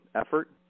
effort